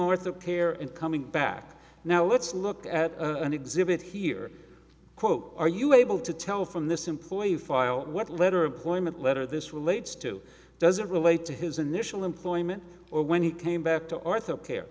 the care and coming back now let's look at an exhibit here quote are you able to tell from this employee file what letter appointment letter this relates to does it relate to his initial employment or when he came back to arthur care